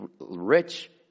rich